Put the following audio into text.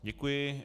Děkuji.